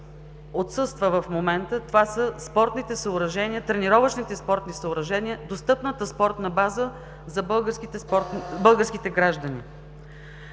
отсъства в момента, това са тренировъчните спортни съоръжения, достъпната спортна база за българските граждани.